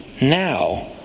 now